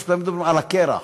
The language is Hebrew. על הקרח.